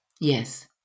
Yes